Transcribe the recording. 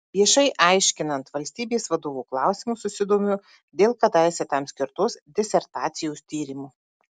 viešai aiškinant valstybės vadovo klausimus susidomiu dėl kadaise tam skirtos disertacijos tyrimų